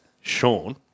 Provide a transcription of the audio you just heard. Sean